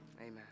amen